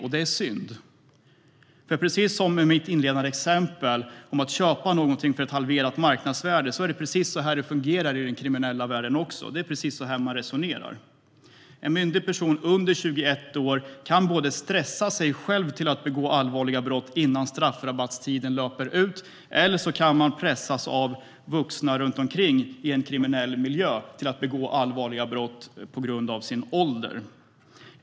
Och det är synd, för som i mitt inledande exempel om att köpa någonting för ett halverat marknadspris är det precis också så det fungerar i den kriminella världen. Det är precis så här man resonerar. En myndig person under 21 år kan både stressa sig själv till att begå allvarliga brott innan straffrabattstiden löper ut, eller så kan man pressas av vuxna runt omkring i en kriminell miljö till att begå allvarliga brott på grund av sin ålder.